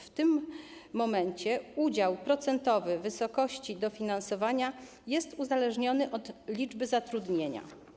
W tym momencie udział procentowy wysokości dofinansowania jest uzależniony od liczby zatrudnionych.